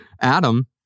Adam